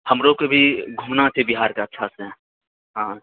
हमरोके भी घूमना छै बिहारके अच्छा से हँ